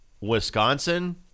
Wisconsin